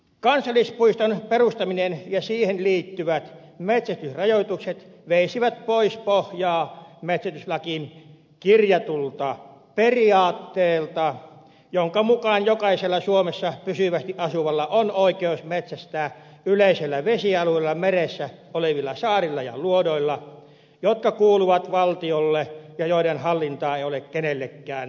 kansallispuiston perustaminen ja siihen liittyvät metsästysrajoitukset veisivät pois pohjaa metsästyslakiin kirjatulta periaatteelta jonka mukaan jokaisella suomessa pysyvästi asuvalla on oikeus metsästää yleisellä vesialueella meressä olevilla saarilla ja luodoilla jotka kuuluvat valtiolle ja joiden hallintaa ei ole kenellekään luovutettu